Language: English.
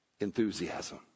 enthusiasm